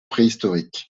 préhistoriques